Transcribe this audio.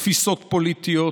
תפיסות פוליטיות,